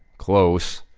close.